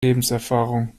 lebenserfahrung